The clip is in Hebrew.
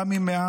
גם אם מעט,